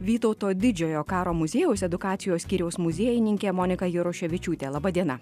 vytauto didžiojo karo muziejaus edukacijos skyriaus muziejininkė monika jaruševičiūtė laba diena